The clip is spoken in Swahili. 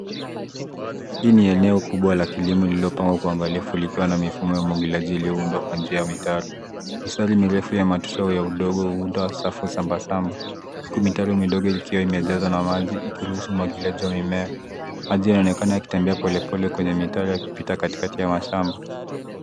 Hii ni eneo kubwa la kilimo lililopangwa kwa uangalifu likiwa na mifumo ya umwagiliaji iliyoundwa kwa njia ya mitaro. Mistari mirefu ya matusheo ya udongo huunda safu sambasamba, huku mitaro midogo likiwa limejazwa na maji ikiruhusu umwagiliaji wa mimea. Maji yanaonekana yakitembea polepole kwenye mitaro ya kupita katikati ya mashamba.